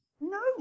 No